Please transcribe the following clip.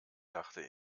dachte